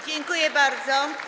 Dziękuję bardzo.